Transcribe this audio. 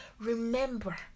remember